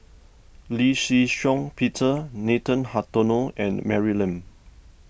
Lee Shih Shiong Peter Nathan Hartono and Mary Lim